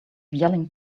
yelling